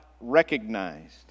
recognized